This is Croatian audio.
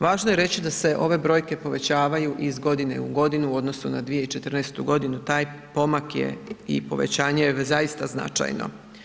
Važno je reći da se ove brojke povećavaju iz godine u godinu odnosno na 2014. godinu taj pomak je i povećanje zaista značajno.